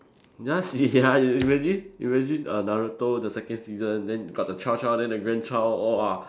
you want see ya you imagine imagine err Naruto the second season then got the child child then the grandchild !wah!